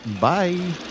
Bye